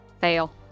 Fail